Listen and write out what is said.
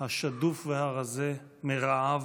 השדוף והרזה מרעב,